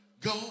go